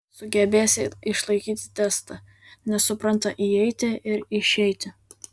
sugebės išlaikyti testą nes supranta įeitį ir išeitį